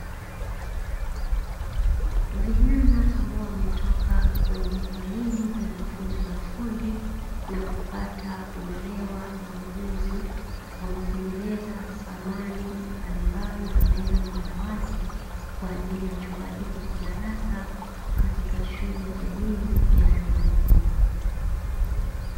Vijana ambao wametoka kwenye elimu ya mafunzo ya ufundi na kupata uelewa na ujuzi, wametengeneza samani mbalimbali za meza na madawati kwa ajili ya chumba hichi cha darasa katika shule ya elimu ya vyuo vikuu.